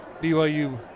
BYU